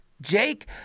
Jake